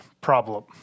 problem